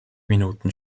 minuten